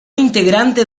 integrante